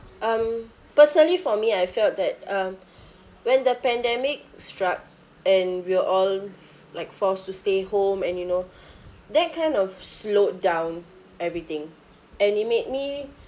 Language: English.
um personally for me I felt that um when the pandemic struck and we're all like forced to stay home and you know that kind of slowed down everything and it made me